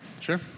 Sure